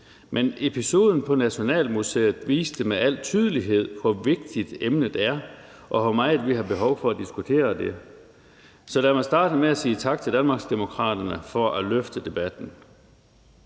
Men episoden på Nationalmuseet viste med al tydelighed, hvor vigtigt emnet er, og hvor meget vi har behov for at diskutere det. Så lad mig starte med at sige tak til Danmarksdemokraterne for at løfte debatten.